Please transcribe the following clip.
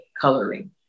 coloring